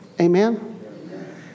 Amen